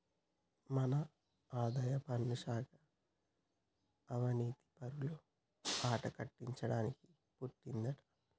మన ఆదాయపన్ను శాఖ అవనీతిపరుల ఆట కట్టించడానికి పుట్టిందంటా